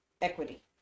equity